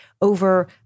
over